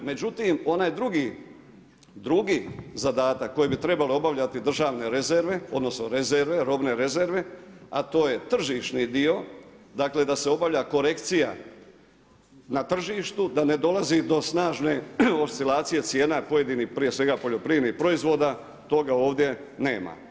Međutim, onaj drugi zadatak koji bi trebalo obavljati državne rezerve odnosno robne rezerve a to je tržišni dio, dakle da se obavlja korekcija na tržištu da ne dolazi do snažne oscilacije cijena pojedinih prije svega poljoprivrednih proizvoda, toga ovdje nema.